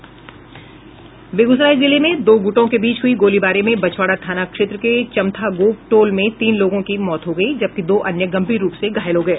बेगूसराय जिले में दो गुटों के बीच हुई गोलीबारी में बछवाड़ा थाना क्षेत्र के चमथाागोप टोल में तीन लोगों की मौत हो गयी जबकि दो अन्य गंभीर रूप से घायल हो गये